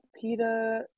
PETA